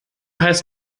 heißt